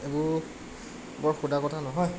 এইবোৰ বৰ সোধা কথা নহয়